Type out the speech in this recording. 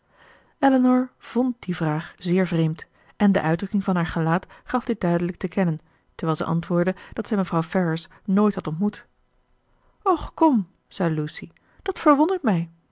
elinor vond die vraag zeer vreemd en de uitdrukking van haar gelaat gaf dit duidelijk te kennen terwijl zij antwoordde dat zij mevrouw ferrars nooit had ontmoet och kom zei lucy dat verwondert mij